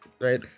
right